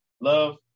love